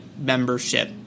membership